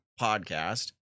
podcast